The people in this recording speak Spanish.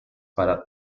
para